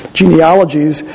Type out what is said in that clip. genealogies